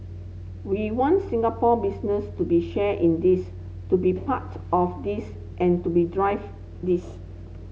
we want Singapore business to be share in this to be part of this and to be drive this